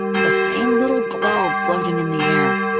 the same little globe floating in the air.